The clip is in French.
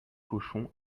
cochons